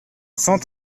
cent